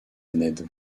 ned